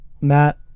Matt